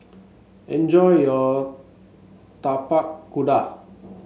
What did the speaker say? enjoy your Tapak Kuda